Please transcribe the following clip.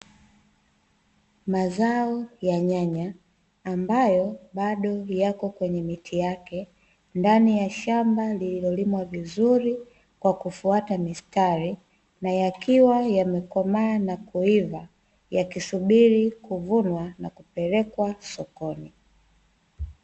Mazao ya nyanya ambayo bado yako kwenye miti yake ndani ya shamba lililolimwa vizuri kwa kufuata mistari, na yakiwa yamekomaa na kuiva yakisubiri kuvunwa na kupelekwa sokoni.